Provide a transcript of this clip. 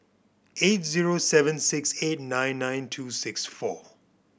eight zero seven six eight nine nine two six four